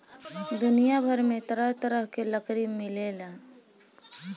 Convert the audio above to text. दुनिया भर में तरह तरह के लकड़ी मिलेला